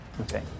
Okay